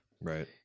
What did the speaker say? Right